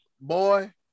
boy